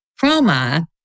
Chroma